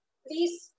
please